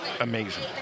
amazing